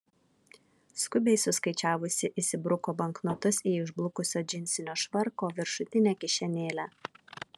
skubiai suskaičiavusi įsibruko banknotus į išblukusio džinsinio švarko viršutinę kišenėlę